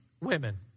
women